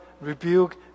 rebuke